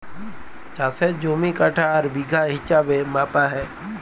চাষের জমি কাঠা আর বিঘা হিছাবে মাপা হ্যয়